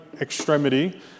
extremity